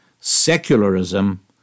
secularism